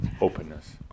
openness